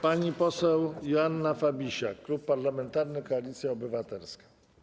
Pani poseł Joanna Fabisiak, Klub Parlamentarny Koalicja Obywatelska.